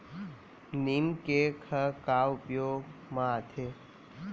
नीम cake ह का उपयोग मा आथे?